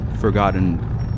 Forgotten